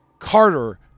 Carter